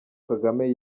kagame